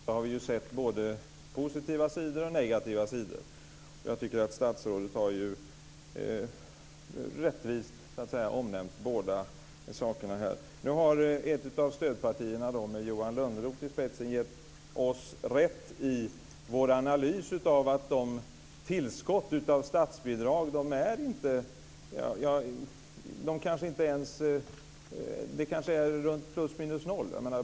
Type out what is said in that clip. Fru talman! När vi har läst skrivelsen har vi sett både positiva och negativa sidor. Jag tycker att statsrådet rättvist har omnämnt båda sakerna här. Nu har ett av stödpartierna med Johan Lönnroth i spetsen gett oss rätt i vår analys av tillskotten av statsbidragen. Det blir kanske plus minus noll.